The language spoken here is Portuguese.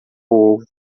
outro